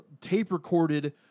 tape-recorded